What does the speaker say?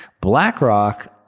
BlackRock